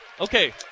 Okay